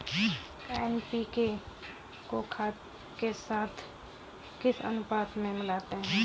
NPK को खाद के साथ किस अनुपात में मिलाते हैं?